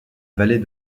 vallée